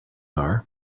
are